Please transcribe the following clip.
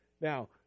Now